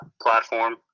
platform